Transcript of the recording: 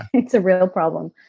it's a real problem,